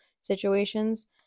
situations